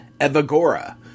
Evagora